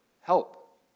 help